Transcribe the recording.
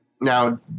Now